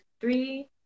three